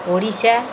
Odisha